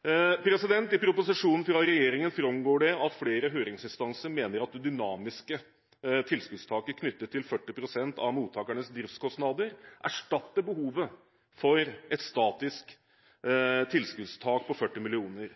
I meldingen fra regjeringen framgår det at flere høringsinstanser mener at det dynamiske tilskuddstaket knyttet til 40 pst. av mottakernes driftskostnader erstatter behovet for et statisk tilskuddstak på 40